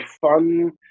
fun